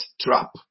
trap